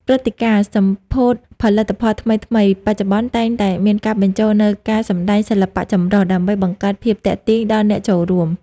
ព្រឹត្តិការណ៍សម្ពោធផលិតផលថ្មីៗបច្ចុប្បន្ន តែងតែមានការបញ្ចូលនូវការសម្តែងសិល្បៈចម្រុះ ដើម្បីបង្កើតភាពទាក់ទាញដល់អ្នកចូលរួម។